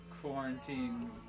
quarantine